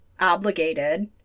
obligated